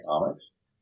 economics